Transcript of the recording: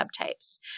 subtypes